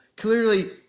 clearly